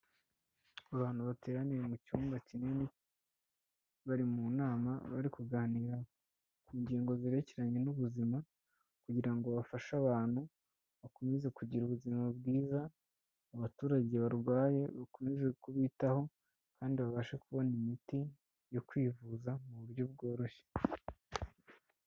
Abantu bateraniye mu cyumba kinini bari mu nama bari kuganira ku ngingo zerekeranye n'ubuzima kugira ngo bafashe abantu bakomeze kugira ubuzima bwiza, abaturage barwaye bakomeje kubitaho kandi babashe kubona imiti yo kwivuza mu buryo bworoshye.